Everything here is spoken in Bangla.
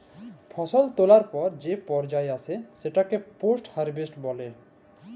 ফসল তোলার পর যে পর্যা আসে সেটাকে পোস্ট হারভেস্ট বলে